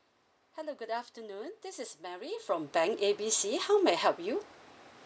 hello good afternoon this is mary from bank A B C how may I help you